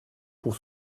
pour